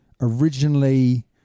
Originally